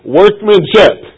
workmanship